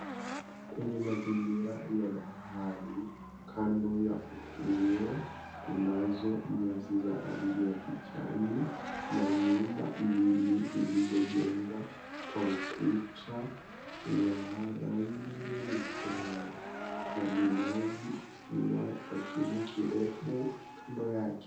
Kwenye mazingira ya bahari, kando ya ufuo, kunazo nyasi za rangi ya kijani na nyumba mbili zilizojengwa kwa ukuta wa rangi nyeupe. Na minazi ikiwa na kimo kirefu kando yake.